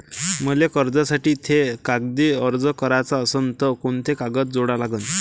मले कर्जासाठी थे कागदी अर्ज कराचा असन तर कुंते कागद जोडा लागन?